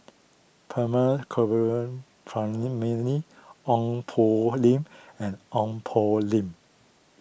Ong Poh Lim and Ong Poh Lim